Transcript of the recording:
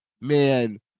man